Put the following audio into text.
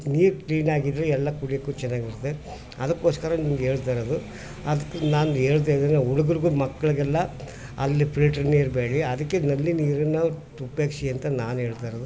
ನೀರು ಕ್ಲೀನಾಗಿದ್ದರೆ ಎಲ್ಲ ಕುಡಿಯೋಕ್ಕು ಚೆನಾಗಿರ್ತದೆ ಅದಕ್ಕೋಸ್ಕರ ನಿಮ್ಗೆ ಹೇಳ್ತಾ ಇರೋದು ಅದ್ಕೆ ನಾನು ಹೇಳ್ತಾ ಇದ್ದೇನೆ ಹುಡುಗ್ರಿಗೂ ಮಕ್ಕಳಿಗೆಲ್ಲ ಅಲ್ಲಿ ಫಿಲ್ಟ್ರ್ ನೀರು ಬೇಡಿ ಅದಕ್ಕೆ ನಲ್ಲಿ ನೀರನ್ನು ಉಪಯೋಗ್ಸಿ ಅಂತ ನಾನು ಹೇಳ್ತಾ ಇರೋದು